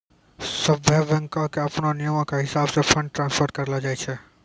सभ्भे बैंको के अपनो नियमो के हिसाबैं से फंड ट्रांस्फर करलो जाय छै